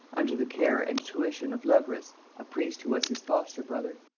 under the care and tuition of leverous a priest who was his foster-brother.